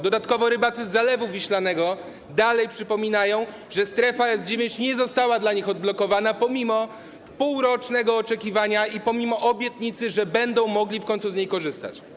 Dodatkowo rybacy z Zalewu Wiślanego dalej przypominają, że strefa S-9 nie została dla nich odblokowana pomimo półrocznego oczekiwania i pomimo obietnicy, że będą mogli w końcu z niej korzystać.